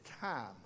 time